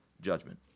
judgment